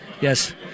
Yes